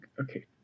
Okay